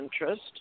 interest